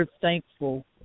thankful